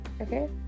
okay